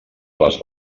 les